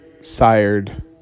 sired